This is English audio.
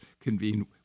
convene